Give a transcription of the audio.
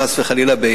חס וחלילה.